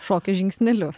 šokio žingsneliu